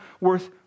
worth